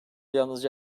yalnızca